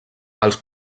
els